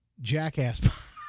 jackass